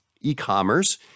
e-commerce